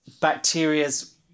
bacteria's